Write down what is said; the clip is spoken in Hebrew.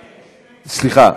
סליחה,